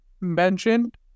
mentioned